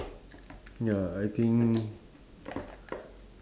ya I think